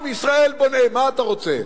עם ישראל בונה, מה אתה רוצה?